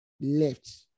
Left